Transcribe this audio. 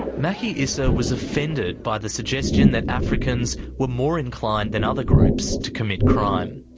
maki issa was offended by the suggestion that africans were more inclined than other groups to commit crime.